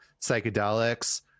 psychedelics